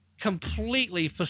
completely